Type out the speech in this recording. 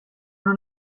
non